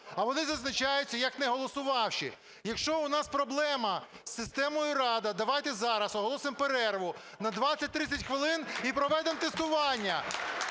а вони зазначаються як неголосовавшие. Якщо у нас проблема з системою "Рада", давайте зараз оголосимо перерву на 20-30 хвилин і проведемо тестування.